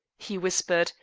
he whispered,